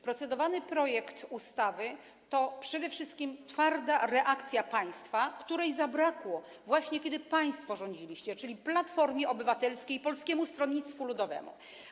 Procedowany projekt ustawy to przede wszystkim twarda reakcja państwa, której zabrakło, właśnie kiedy państwo rządziliście, czyli Platformie Obywatelskiej i Polskiemu Stronnictwu Ludowemu.